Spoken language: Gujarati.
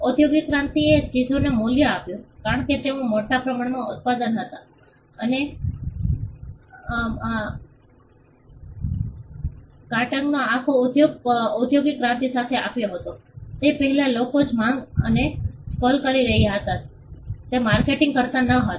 ઓદ્યોગિક ક્રાંતિએ ચીજોને મૂલ્ય આપ્યું કારણ કે તેઓ મોટા પ્રમાણમાં ઉત્પાદિત હતા અને માર્કેટિંગનો આખો ઉદ્યોગ ઓદ્યોગિક ક્રાંતિ સાથે આવ્યો હતો તે પહેલાં લોકો જે માર્ગે અથવા સ્કેલ કરી રહ્યા હતા તે માર્કેટિંગ કરતા ન હતા